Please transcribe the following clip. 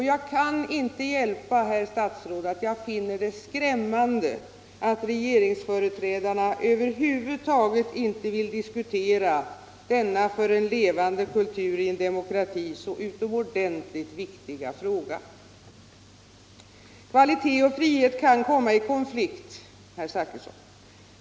Jag kan inte hjälpa, herr statsråd, att jag finner det skrämmande att regeringsföreträdarna över huvud taget inte vill diskutera denna för en levande kultur i en demokrati så utomordentligt viktiga fråga. Kvalitet och frihet kan komma i konflikt, herr Zachrisson!